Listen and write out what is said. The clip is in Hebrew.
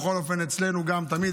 בכל אופן אצלנו גם תמיד,